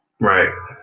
Right